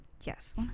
Yes